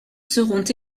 seront